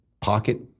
pocket